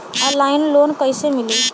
Online loan कइसे मिली?